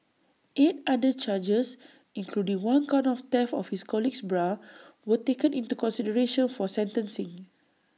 eight other charges including one count of theft of his colleague's bra were taken into consideration for sentencing